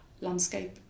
landscape